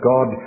God